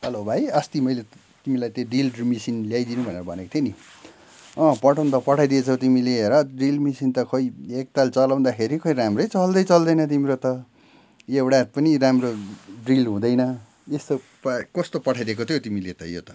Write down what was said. hello भाइ अस्ति मैले तिमीलाई त्यो ड्रिल री मसिन ल्याइदिनु भनेर भनेको थिएँ नि अँ पठाउनु त पठाइदिएछौ तिमीले हेर ड्रिल मसिन त खै एकताल चलाउँदाखेरि खै राम्रै चल्दै चल्दैन तिम्रो त एउटा पनि राम्रो ड्रिल हुँदैन यस्तो प कस्तो पठाइदिएको थियो तिमीले त यो त